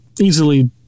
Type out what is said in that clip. easily